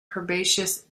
herbaceous